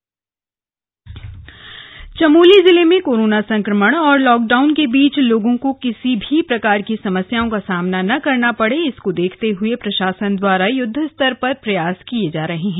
corona Chamoli Chamoli जिले में corona संक्र मण और लाक डाउन के बीच लोगों को किसी भी प्रकार की समस्याओं का सामना न करना पडे इसको देखते हुए प्र शासन द्वारा युद्ध स्तर पर प्रयास किये जा रहे है